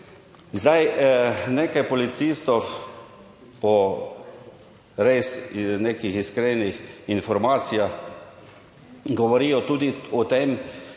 Zdaj, nekaj policistov po res nekih iskrenih informacijah govorijo tudi o tem,